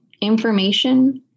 information